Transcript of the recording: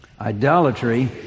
Idolatry